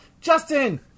Justin